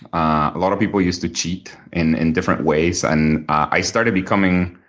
a lot of people used to cheat in in different ways, and i started becoming